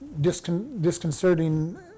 disconcerting